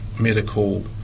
medical